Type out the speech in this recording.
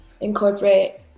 incorporate